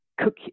cook